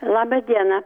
laba diena